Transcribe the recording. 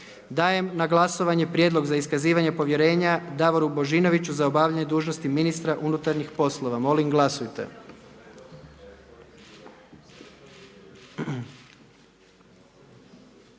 Dajem na glasovanje Prijedlog za iskazivanje povjerenja Lovri Kuščeviću za obavljanje dužnosti ministra uprave. Molim glasujte.